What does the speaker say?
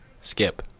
Skip